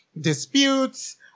disputes